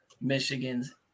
Michigan's